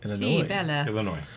Illinois